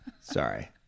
Sorry